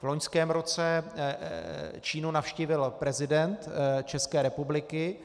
V loňském roce Čínu navštívil prezident České republiky.